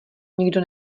nikdo